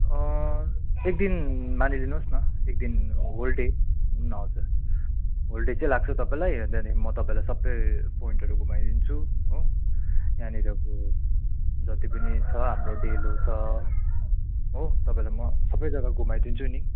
एक दिन मानिलिनु होस् न एक दिन होल डे हजुर होल डे चाहिँ लाग्छ तपाईँलाई त्यहाँदेखि म तपाईँलाई सबै पोइन्टहरू घुमाइदिन्छु हो यहाँनिरको जति पनि छ हाम्रो डेलो छ हो तपाईँलाई म सबै जग्गा घुमाइदिन्छु नि